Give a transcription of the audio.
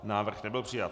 Návrh nebyl přijat.